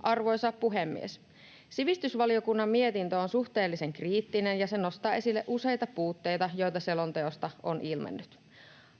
Arvoisa puhemies! Sivistysvaliokunnan mietintö on suhteellisen kriittinen, ja se nostaa esille useita puutteita, joita selonteosta on ilmennyt.